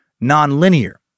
non-linear